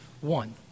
one